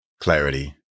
Clarity